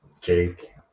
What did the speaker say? jake